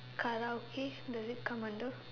Karaoke does it come under